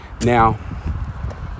Now